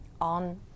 on